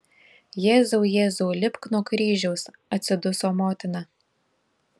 jėzau jėzau lipk nuo kryžiaus atsiduso motina